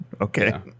okay